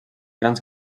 grans